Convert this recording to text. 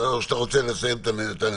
או שאתה רוצה לסיים את הדברים?